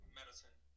medicine